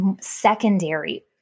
secondary